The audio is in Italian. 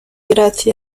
grazie